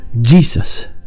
Jesus